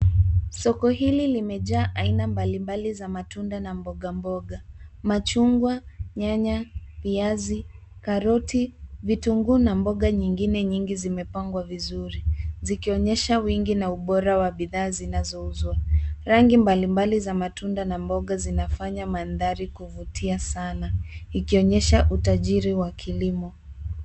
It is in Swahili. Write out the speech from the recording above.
Soko hili limejaa aina mabali mbali za matunda na mboga mboga. Machungwa, nyanya, viazi, karoti, vitunguu, na mboga nyingine nyingi zimepangwa vizuri, zikionyesha wingi na bidhaa zinazouzwa. Rangi mbali mbali za matunda na mboga, zinafanya mandhari kuvutia sana, ikionyesha utajiri wa kilimo.